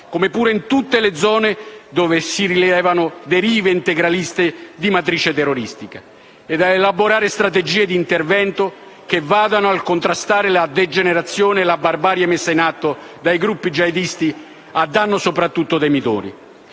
come pure in tutte le zone dove si rilevano derive integraliste di matrice terroristica. Si chiede di elaborare strategie di intervento che vadano a contrastare la degenerazione e la barbarie messa in atto dai gruppi jihadisti a danno, soprattutto, dei minori;